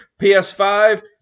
PS5